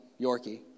Yorkie